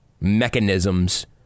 mechanisms